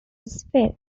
spell